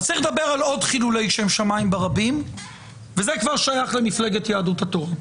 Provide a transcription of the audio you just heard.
נדבר על עוד חילול שם שמיים ברבים וזה שייך למפלגת יהדות התורה.